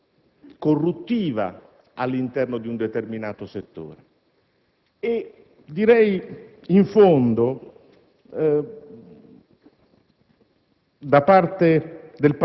presenza corruttiva all'interno di un determinato settore. Se in